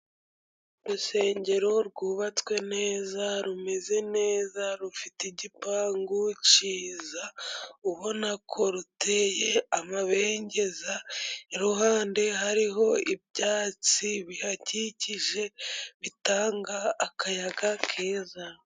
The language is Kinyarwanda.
Urusengero rwubatswe neza rumeze neza rufite igipangu cyiza ubona ko ruteye amabengeza iruhande hariho ibyatsi bihakikije bitanga akayaga keza.